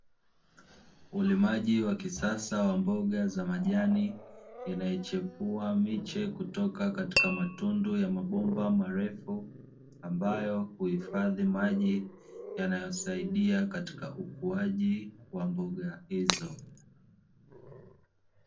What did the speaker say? Ulimaji wa kisasa wa mboga za majani, unaochipua miche kutoka katika matundu ya mabomba marefu, ambayo huhifadhi maji yanayosaidia katika ukuaji wa mboga hizo.